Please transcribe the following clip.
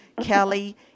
Kelly